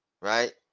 right